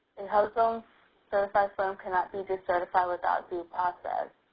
and hubzone certified firm cannot be decertified without due process,